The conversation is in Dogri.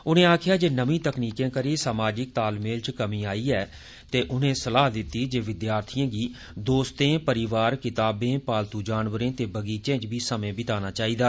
उनें आक्खेआ जे नमीं तकनीकें करी सामाजिक तालमेल च कमी आई ऐ ते सलाह् दित्ती जे विद्यार्थिएं गी दोस्तें परोआर किताबें पालतू जानवरें ते बगीचें च बी समे बिताना चाहिदा